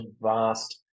vast